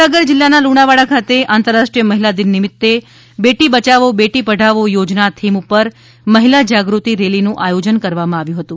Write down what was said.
મહીસાગર જિલ્લાના લુણાવાડા ખાતે આંતરરાષ્ટ્રીય મહિલા દિન નિમિતે બેટી બયાવો બેટી પઢાઓ યોજના થીમ પર મહિલા જાગૃતિ રેલીનું આયોજન કરવામાં આવ્યું હતું